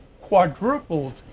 quadrupled